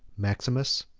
maximus,